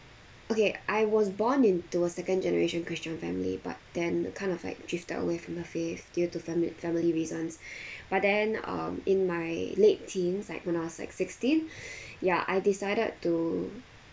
okay I was born into a second generation christian family but then uh kind of like drifted away from the faith due to famil~ family reasons but then um in my late teens like when I was like sixteen ya I decided to